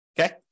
Okay